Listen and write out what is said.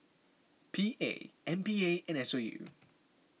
P A M P A and S O U